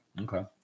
Okay